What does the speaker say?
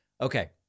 Okay